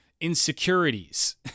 insecurities